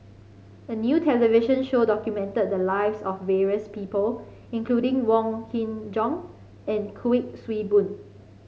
a new television show documented the lives of various people including Wong Kin Jong and Kuik Swee Boon